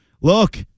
Look